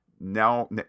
now